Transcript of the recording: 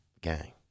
Gang